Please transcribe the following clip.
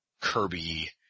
Kirby